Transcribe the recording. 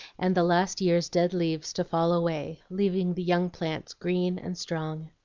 and the last year's dead leaves to fall away, leaving the young plants green and strong.